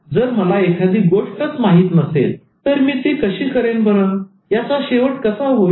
जर मला एखादी गोष्टच माहित नसेल तर मी ती कशी करेन बरं याचा शेवट कसा होईल